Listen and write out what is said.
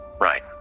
Right